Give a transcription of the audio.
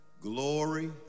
glory